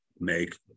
make